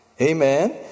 Amen